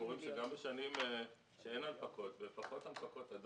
בשנים שאין הנפקות ופחות הנפקות,